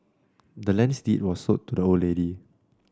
the land's deed was sold to the old lady